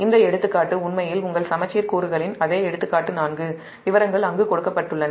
இந்த எடுத்துக்காட்டு உண்மையில் உங்கள் சமச்சீர் கூறுகளின் அதே'எடுத்துக்காட்டு 4'விவரங்கள் அங்கு கொடுக்கப்பட்டுள்ளன